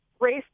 race